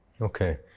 Okay